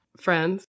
friends